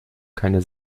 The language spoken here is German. keine